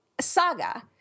saga